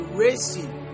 racing